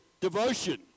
devotion